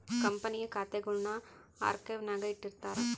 ಕಂಪನಿಯ ಖಾತೆಗುಳ್ನ ಆರ್ಕೈವ್ನಾಗ ಇಟ್ಟಿರ್ತಾರ